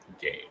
game